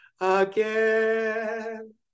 again